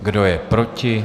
Kdo je proti?